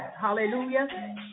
Hallelujah